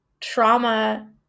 trauma